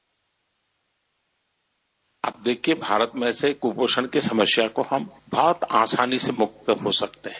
bite आप देखिए भारत में से कुपोषण की समस्या को हम बहुत आसानी से मुक्त कर सकते हैं